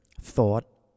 Thought